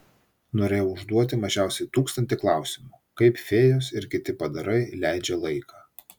norėjau užduoti mažiausiai tūkstantį klausimų kaip fėjos ir kiti padarai leidžia laiką